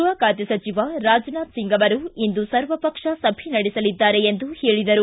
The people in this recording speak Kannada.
ಗೃಹ ಬಾತೆ ಸಚಿವ ರಾಜನಾಥ್ ಸಿಂಗ್ ಅವರು ಇಂದು ಸರ್ವಪಕ್ಷ ಸಭೆ ನಡೆಸಲಿದ್ದಾರೆ ಎಂದರು